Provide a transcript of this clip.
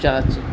চালাচ্ছি